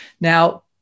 Now